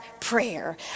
prayer